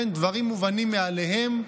דברים מובנים מאליהם.